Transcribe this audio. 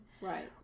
Right